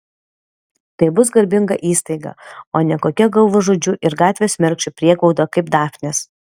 tai bus garbinga įstaiga o ne kokia galvažudžių ir gatvės mergšių prieglauda kaip dafnės